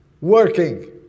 working